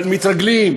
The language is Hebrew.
אבל מתרגלים.